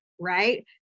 right